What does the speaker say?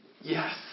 yes